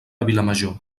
vilamajor